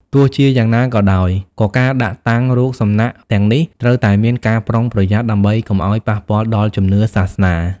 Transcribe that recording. ទោះជាយ៉ាងណាក៏ដោយ ក៏ការដាក់តាំងរូបសំណាកទាំងនេះត្រូវតែមានការប្រុងប្រយ័ត្នដើម្បីកុំឱ្យប៉ះពាល់ដល់ជំនឿសាសនា។